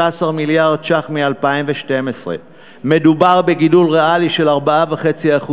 מיליארד ש"ח מתקציב 2012. מדובר בגידול ריאלי של 4.5%,